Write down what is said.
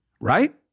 Right